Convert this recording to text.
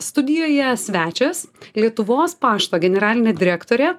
studijoje svečias lietuvos pašto generalinė direktorė